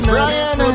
Brian